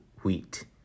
wheat